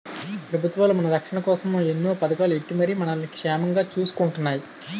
పెబుత్వాలు మన రచ్చన కోసమే ఎన్నో పదకాలు ఎట్టి మరి మనల్ని సేమంగా సూసుకుంటున్నాయి